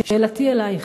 שאלתי אלייך,